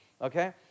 okay